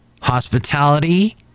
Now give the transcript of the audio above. hospitality